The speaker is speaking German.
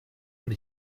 und